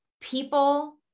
People